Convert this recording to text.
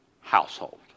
household